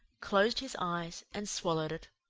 closed his eyes, and swallowed it.